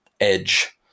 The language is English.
edge